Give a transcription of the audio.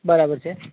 બરાબર છે